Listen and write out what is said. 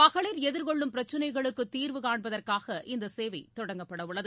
மகளிர் எதிர்கொள்ளும் பிரச்னைகளுக்கு தீர்வு காண்பதற்காக இந்தச் சேவை தொடங்கப்படவுள்ளது